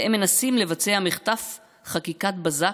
והם מנסים לבצע מחטף חקיקת בזק,